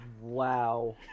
Wow